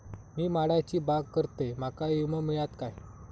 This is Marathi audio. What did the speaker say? मी माडाची बाग करतंय माका विमो मिळात काय?